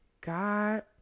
God